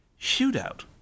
shootout